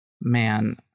Man